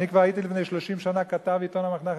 אני כבר הייתי לפני 30 שנה כתב העיתון "המחנה החרדי"